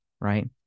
right